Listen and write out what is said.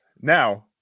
Now